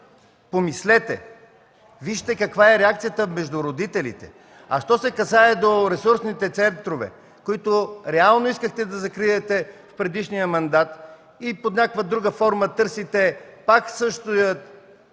помислете, вижте каква е реакцията на родителите! Що се касае до ресурсните центрове, които реално искахте да закриете в предишния мандат, днес под някаква друга форма търсите пак техния